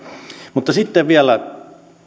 mutta sitten vielä